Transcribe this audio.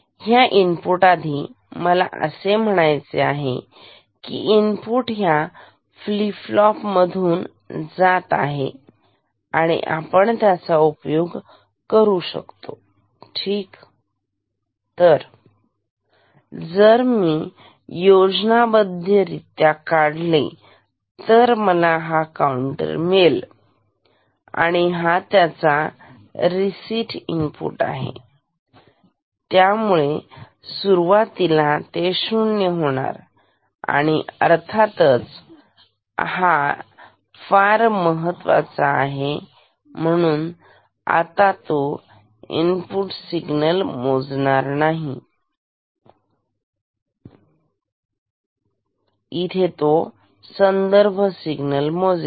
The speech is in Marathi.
ह्या इनपुट आधी मला असे म्हणायचे आहे कि इनपुट ह्या फ्लीप फ्लॉप मधून जात आहे आणि आपण त्याचा उपयोग करू शकतो ठीक तर जर मी योजनाबद्ध रित्या काढले तर मला हा काउंटर मिळेल आणि हा त्याचा रिसीट इनपुट आहे ज्यामुळे सुरुवातीला ते शून्य होणार आहे आणि अर्थातच हा लोक फार महत्त्वाचा आहे परंतु आता तो इनपुट सिग्नल मोजणार नाही इथे तो आता संदर्भ सिग्नल मोजेल